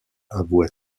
avoua